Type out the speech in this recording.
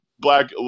black